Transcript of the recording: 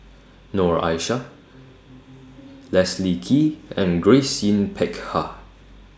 Noor Aishah Leslie Kee and Grace Yin Peck Ha